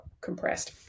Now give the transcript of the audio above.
compressed